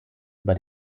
über